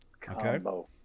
Combo